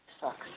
sucks